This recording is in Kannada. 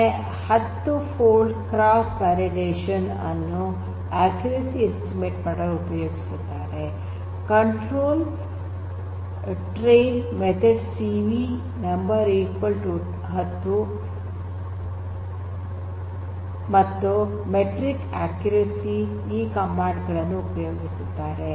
10 ಫೋಲ್ಡ್ ಕ್ರಾಸ್ ವ್ಯಾಲಿಡೇಷನ್ ಅನ್ನು ಅಕ್ಯುರೆಸಿ ಎಸ್ಟಿಮೇಟ್ ಮಾಡಲು ಉಪಯೋಗಿಸುತ್ತಾರೆ control 🖫📫 train control method CV number 10 control 🖫📫 train control method "cv" number10 ಮತ್ತು ಮೆಟ್ರಿಕ್ 🖬 ಅಕ್ಯುರೆಸಿ metric "accuracy" ಈ ಕಮಾಂಡ್ ಗಳನ್ನು ಉಪಯೋಗಿಸುತ್ತಾರೆ